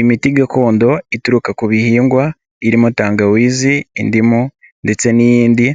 Imiti gakondo ituruka ku bihingwa irimo tangawizi, indimu ndetse n'iyindi